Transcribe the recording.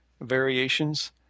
variations